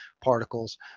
particles